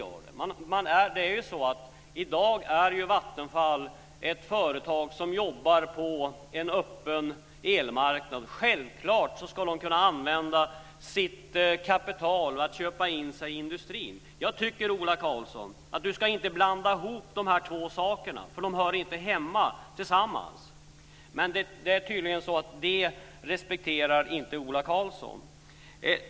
I dag är Vattenfall ett företag som jobbar på en öppen elmarknad, och självklart ska man kunna använda sitt kapital till att köpa in sig i industrin. Jag tycker inte att Ola Karlsson ska blanda ihop de här två sakerna, för de hör inte samman. Men tydligen respekterar inte Ola Karlsson detta.